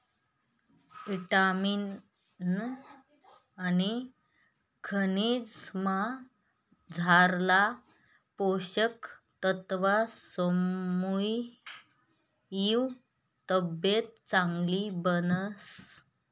ईटामिन आनी खनिजमझारला पोषक तत्वसमुये तब्येत चांगली बनस